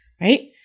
right